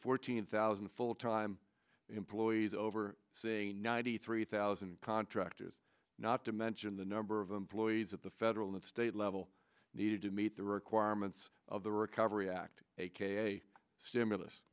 fourteen thousand full time employees over say ninety three thousand contractors not to mention the number of employees at the federal and state level needed to meet the requirements of the recovery act aka stimulus